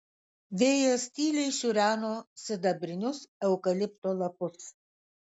vėjas tyliai šiureno sidabrinius eukalipto lapus